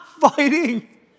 fighting